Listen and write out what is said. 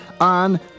on